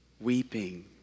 Weeping